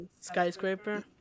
skyscraper